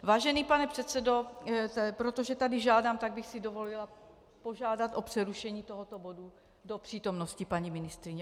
Vážený pane předsedo, protože tady žádám, tak bych si dovolila požádat o přerušení tohoto bodu do přítomnosti paní ministryně.